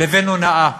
לבין הונאה.